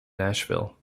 nashville